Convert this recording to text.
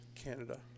canada